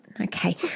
okay